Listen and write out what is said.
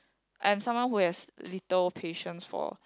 I am someone who has little patience one